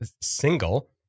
single